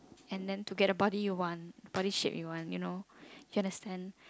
and then to get the body you want body shape you want you know you understand